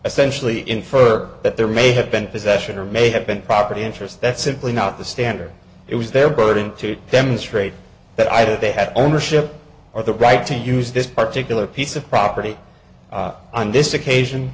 essentially infer that there may have been possession or may have been property interests that's simply not the standard it was their burden to demonstrate that either they had ownership or the right to use this particular piece of property on this occasion